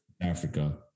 Africa